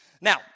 Now